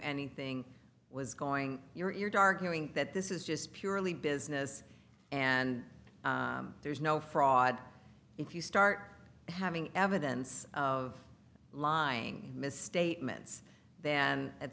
anything was going you're dark knowing that this is just purely business and there's no fraud if you start having evidence of lying misstatements than at